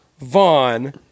Vaughn